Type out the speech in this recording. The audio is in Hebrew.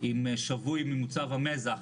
אם שבוי ממוצב המזח